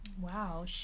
Wow